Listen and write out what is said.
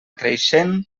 creixent